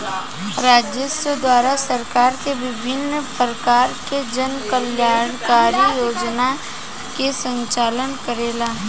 राजस्व द्वारा सरकार विभिन्न परकार के जन कल्याणकारी योजना के संचालन करेला